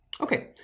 Okay